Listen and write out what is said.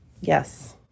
yes